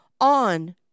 on